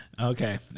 Okay